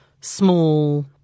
small